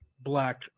Black